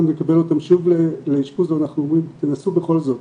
נקבל אותם שוב לאשפוז ואנחנו אומרים: תנסו בכל זאת,